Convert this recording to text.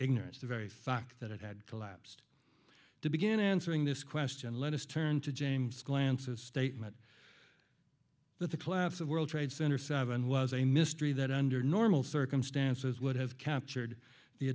ignorance the very fact that it had collapsed to begin answering this question let us turn to james glances statement that the collapse of world trade center seven was a mystery that under normal circumstances would have captured the